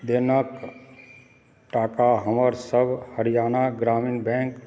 टाका हमरसभक हरियाणा ग्रामीण बैङ्क क